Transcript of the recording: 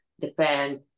depend